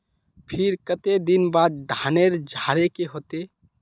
फिर केते दिन बाद धानेर झाड़े के होते?